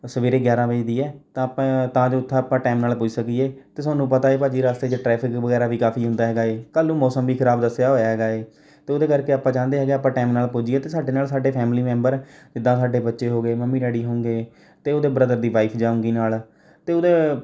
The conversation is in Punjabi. ਸਵੇਰੇ ਗਿਆਰਾਂ ਵਜੇ ਦੀ ਹੈ ਤਾਂ ਆਪਾਂ ਤਾਂ ਜੋ ਉੱਥੇ ਆਪਾਂ ਟਾਈਮ ਨਾਲ ਪੁੱਜ ਸਕੀਏ ਅਤੇ ਤੁਹਾਨੂੰ ਪਤਾ ਹੈ ਭਾਅ ਜੀ ਰਸਤੇ 'ਚ ਟਰੈਫਿਕ ਵਗੈਰਾ ਵੀ ਕਾਫ਼ੀ ਹੁੰਦਾ ਹੈਗਾ ਹੈ ਕੱਲ੍ਹ ਨੂੰ ਮੌਸਮ ਵੀ ਖ਼ਰਾਬ ਦੱਸਿਆ ਹੋਇਆ ਹੈਗਾ ਹੈ ਅਤੇ ਉਹਦੇ ਕਰਕੇ ਆਪਾਂ ਚਾਹੁੰਦੇ ਹਾਂ ਕਿ ਆਪਾਂ ਟਾਇਮ ਨਾਲ ਪੁੱਜੀਏ ਅਤੇ ਸਾਡੇ ਨਾਲ ਸਾਡੇ ਫੈਮਲੀ ਮੈਂਬਰ ਜਿੱਦਾਂ ਸਾਡੇ ਬੱਚੇ ਹੋ ਗਏ ਮੰਮੀ ਡੈਡੀ ਹੋਊਂਗੇ ਅਤੇ ਉੱਧਰ ਬ੍ਰਦਰ ਦੀ ਵਾਈਫ ਜਾਊਂਗੀ ਨਾਲ ਅਤੇ ਉਹਦੇ